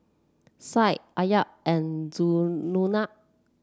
Syed Amsyar and